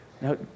Now